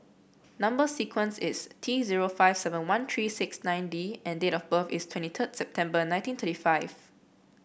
number sequence is T zero five seven one three six nine D and date of birth is twenty September nineteen thirty five